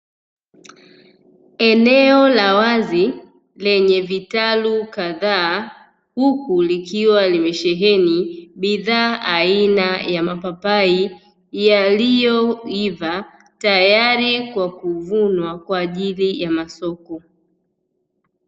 Eneo la wazi lenye vitalu kadhaa huku likiwa limesheheni bidhaa aina ya mapapai yaliyoiva tayari kwa kuvunwa kwa ajili ya masoko.